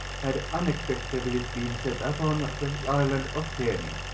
had unexpectedly been set upon the island of feni.